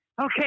Okay